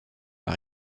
par